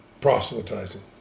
proselytizing